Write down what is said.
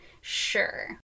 Sure